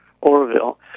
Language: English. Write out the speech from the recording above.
Oroville